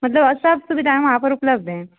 मतलब सब सुविधा है वहाँ पर उपलब्ध हैं